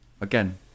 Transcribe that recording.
Again